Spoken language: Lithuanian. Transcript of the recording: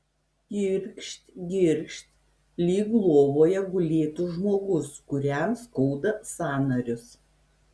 girgžt girgžt lyg lovoje gulėtų žmogus kuriam skauda sąnarius